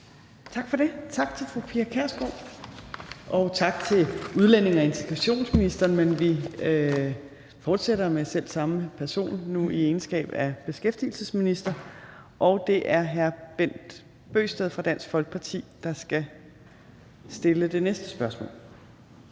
Tak for det. Tak til fru Pia Kjærsgaard, og tak til udlændinge- og integrationsministeren. Vi fortsætter med selv samme person, nu i egenskab af beskæftigelsesminister. Det er hr. Bent Bøgsted fra Dansk Folkeparti, der skal stille det næste spørgsmål.